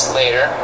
later